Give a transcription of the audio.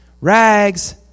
rags